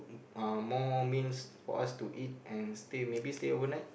uh more meals for us to eat and stay maybe stay overnight